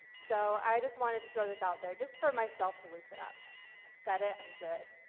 so i just wanted to throw this out there, just for myself to loosen up, i said it i'm good.